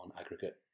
aggregate